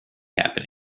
happening